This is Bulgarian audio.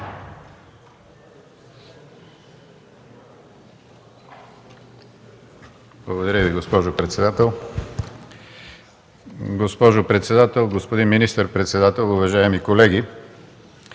Благодаря Ви, госпожо председател. Госпожо председател, господин министър-председател, уважаеми колеги!